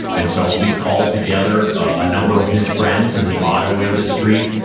and so he called together a number of his friends in the auto industry.